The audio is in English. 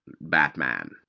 Batman